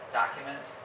document